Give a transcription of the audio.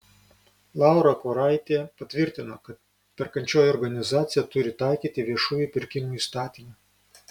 laura kuoraitė patvirtino kad perkančioji organizacija turi taikyti viešųjų pirkimų įstatymą